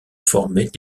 formaient